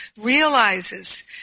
realizes